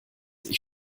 ich